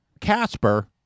Casper